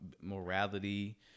morality